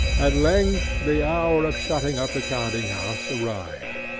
at length the hour of shutting up the counting-house arrived.